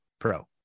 pro